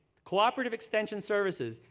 cooperative extension services,